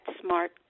smart